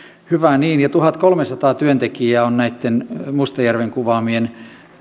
hyvä niin tuhatkolmesataa työntekijää on näitten mustajärven kuvaamien